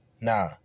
nah